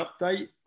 update